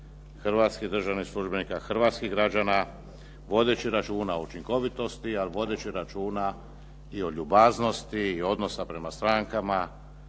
hrvatskih državnih službenika, hrvatskih građana vodeći računa o učinkovitosti ali vodeći računa i o ljubaznosti i odnosa prema strankama.